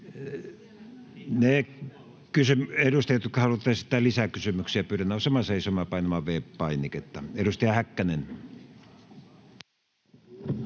edustajia, jotka haluavat esittää lisäkysymyksiä, pyydän nousemaan seisomaan ja painamaan V-painiketta. — Edustaja Häkkänen.